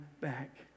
back